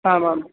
आम् आम्